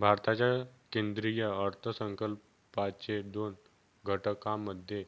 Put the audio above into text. भारताच्या केंद्रीय अर्थसंकल्पाचे दोन घटकांमध्ये